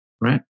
right